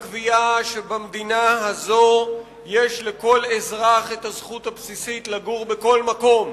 שבמדינה הזאת יש לכל אזרח זכות בסיסית לגור בכל מקום,